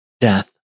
death